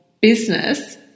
business